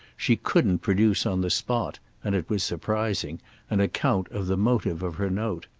she couldn't produce on the spot and it was surprising an account of the motive of her note.